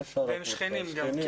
והם שכנים גם.